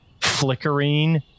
flickering